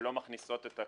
שלא מכניסות את הקטנות.